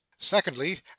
secondly